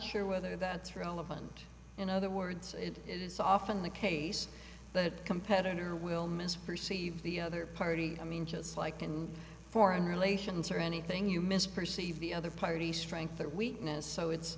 sure whether that's relevant in other words it is often the case that competitor will miss perceive the other party i mean just like in foreign relations or anything you misperceive the other party strength or weakness so it's